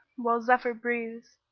while zephyr breathes,